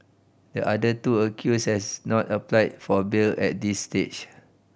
the other two accused has not applied for bail at this stage